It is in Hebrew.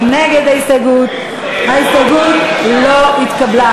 ההסתייגות לא התקבלה.